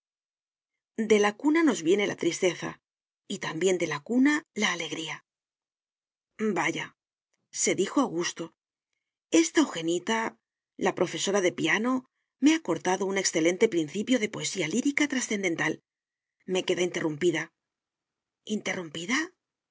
de la cuna nos viene la tristeza y también de la cuna la alegría vayase dijo augusto esta eugenita la profesora de piano me ha cortado un excelente principio de poesía lírica trascendental me queda interrumpida interrumpida